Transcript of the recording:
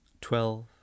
Twelve